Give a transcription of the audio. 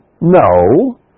No